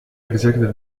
executive